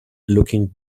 looking